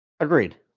Agreed